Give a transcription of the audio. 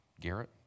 Garrett